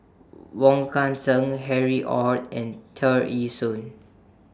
Wong Kan Seng Harry ORD and Tear Ee Soon